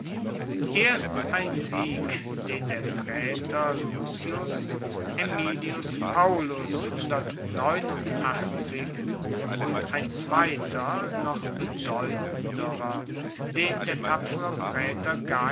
erst ein sieg den der praetor lucius aemilius paullus und ein zweiter noch bedeutenderer den der tapfere praetor gaius